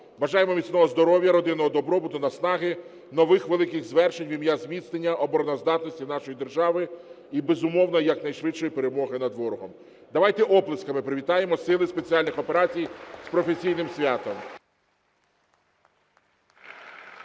Бажаємо міцного здоров'я, родинного добробуту, наснаги, нових великих звершень в ім'я зміцнення обороноздатності нашої держави і, безумовно, якнайшвидшої перемоги над ворогом. Давайте оплесками привітаємо Сили спеціальних операцій з професійним святом.